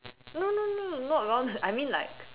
no no no not round I mean like